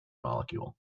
molecule